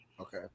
okay